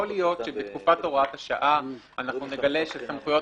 יכול להיות שבתקופת הוראת השעה אנחנו נגלה שסמכויות